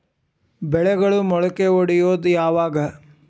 ಬೆಳೆಗಳು ಮೊಳಕೆ ಒಡಿಯೋದ್ ಯಾವಾಗ್?